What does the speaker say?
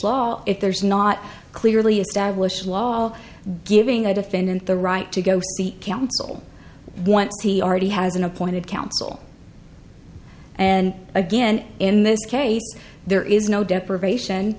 law if there is not clearly established law all giving a defendant the right to go see counsel when he already has an appointed counsel and again in this case there is no deprivation